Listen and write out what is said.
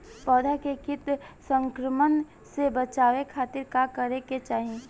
पौधा के कीट संक्रमण से बचावे खातिर का करे के चाहीं?